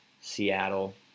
Seattle